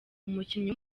umukinnyi